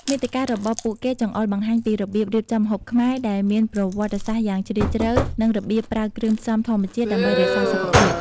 មាតិការបស់ពួកគេចង្អុលបង្ហាញពីរបៀបរៀបចំម្ហូបខ្មែរដែលមានប្រវត្តិសាស្ត្រយ៉ាងជ្រាលជ្រៅ និងរបៀបប្រើគ្រឿងផ្សំធម្មជាតិដើម្បីរក្សាសុខភាព។